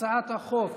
הצעת החוק